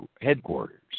headquarters